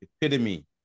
epitome